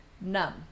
numb